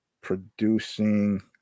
Producing